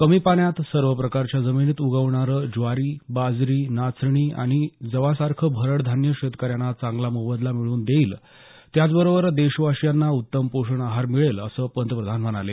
कमी पाण्यात सर्व प्रकारच्या जमिनीत उगवणारं ज्वारी बाजरी नाचणी आणि जवासारखं भरड धान्य शेतकऱ्यांना चांगला मोबदला मिळवून देईल त्याबरोबरच देशवासियांना उत्तम पोषण आहार मिळेल असं पंतप्रधान म्हणाले